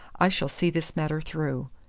i shall see this matter through!